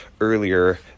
earlier